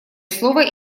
слово